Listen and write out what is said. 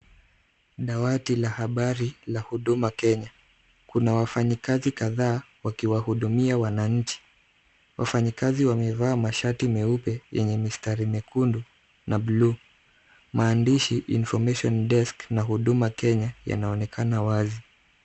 Dawati la habari la Huduma Kenya. Kuna wafanyikazi kadhaa wakiwahudumia wananchi. Wafanyikazi wamevaa mashati meupe yenye mistari mekundu na blue . Maandishi information desk na Huduma Kenya yanaonekana wazi.